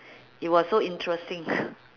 it was so interesting